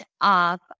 up